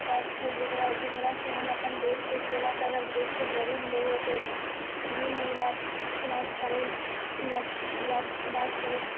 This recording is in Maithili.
शौक छै जेकरा जेकरासँ हम अपन देशके सेवा करब देशके गरीब लोगोके फ्रीमे इलाज करब इलाज करै इलाज इलाज करै